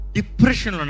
Depression